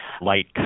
light